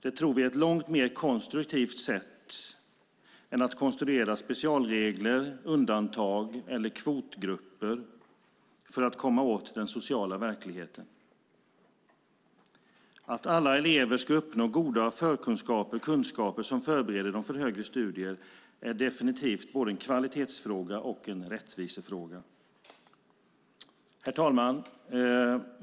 Det tror vi är ett långt mer konstruktivt sätt än att konstruera specialregler, undantag eller kvotgrupper för att komma åt den sociala verkligheten. Att alla elever ska uppnå goda kunskaper som förbereder dem för högre studier är definitivt en både kvalitets och rättvisefråga. Herr talman!